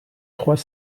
trois